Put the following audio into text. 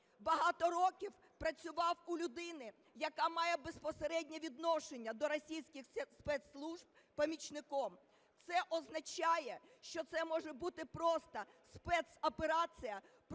багато років працював у людини, яка має безпосереднє відношення до російських спецслужб, помічником. Це означає, що це може бути просто спецоперація